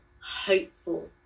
hopeful